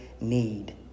need